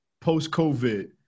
post-COVID